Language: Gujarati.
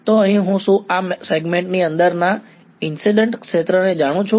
તો અહીં શું હું આ સેગમેન્ટ ની અંદરના ઈન્સિડ્ન્ટ ક્ષેત્રને જાણું છું